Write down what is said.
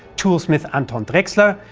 toolsmith anton drexler,